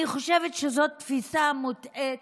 אני חושבת שזו תפיסה מוטעית,